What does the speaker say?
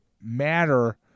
matter